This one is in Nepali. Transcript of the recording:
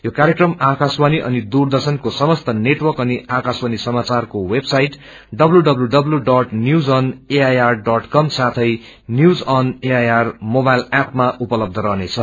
यो कार्यक्रम आकशवाणी अनि दूरदश्रनको समस्त नेटवर्क अनि आकाशवाणी समाचारको वेबवाईट डब्ल्यू डब्ल्यू डब्ल्यू ण न्यूज अन एयरकम साथै news on air mobile app मा उपलबध रहनेछ